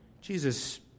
Jesus